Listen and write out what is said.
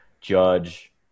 judge